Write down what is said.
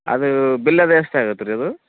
ಅದು ಬಿಲ್ ಅದು ಎಷ್ಟು ಆಗತ್ತೆ ರೀ ಅದು